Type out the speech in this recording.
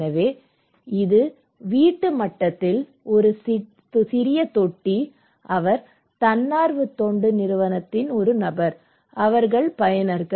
எனவே இது வீட்டு மட்டத்தில் ஒரு சிறிய தொட்டி அவர் தன்னார்வ தொண்டு நிறுவனத்தின் நபர் அவர்கள் பயனர்கள்